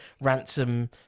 ransom